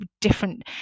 different